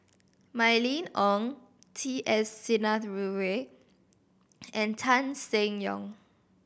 Mylene Ong T S Sinnathuray and Tan Seng Yong